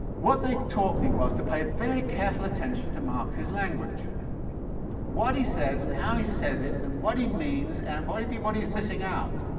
what they taught me was to pay very careful attention to marx's language what he says, and how he says it, and what he means, and but maybe what he's missing out,